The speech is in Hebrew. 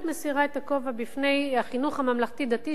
מסירה את הכובע בפני החינוך הממלכתי-דתי,